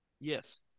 Yes